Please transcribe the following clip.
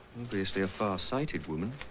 obviously a farsighted woman.